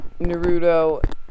Naruto